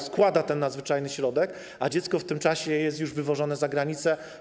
Składa ten nadzwyczajny środek, a dziecko w tym czasie jest już wywożone za granicę.